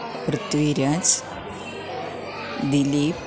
Prithviraj Dileep